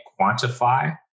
quantify